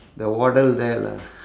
the water there lah